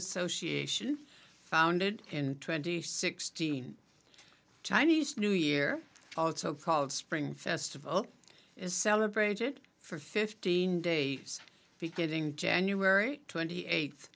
association founded in twenty sixteen chinese new year also called spring festival is celebrated for fifteen day beginning january twenty eighth